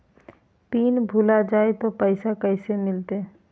Pin भूला जाई तो पैसा कैसे मिलते?